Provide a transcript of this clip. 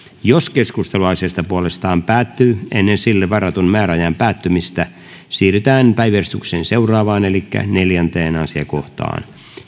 jos keskustelu asiasta puolestaan päättyy ennen sille varatun määräajan päättymistä siirrytään päiväjärjestyksen seuraavaan neljänteen asiakohtaan